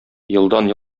елдан